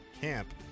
camp